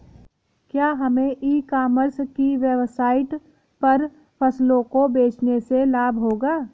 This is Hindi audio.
क्या हमें ई कॉमर्स की वेबसाइट पर फसलों को बेचने से लाभ होगा?